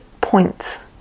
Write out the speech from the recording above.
points